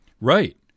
Right